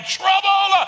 trouble